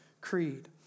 Creed